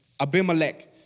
Abimelech